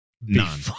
None